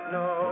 no